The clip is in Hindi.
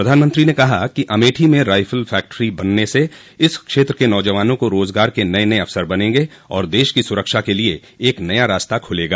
प्रधानमंत्री ने कहा कि अमेठी में राइफिल फैक्ट्री बनने से इस क्षेत्र के नौजवानों को रोजगार के नये अवसर बनेंगे और देश की सुरक्षा के लिए एक नया रास्ता खूलेगा